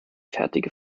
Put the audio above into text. fertige